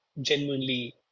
genuinely